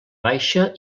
baixa